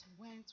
went